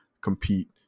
compete